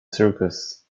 circus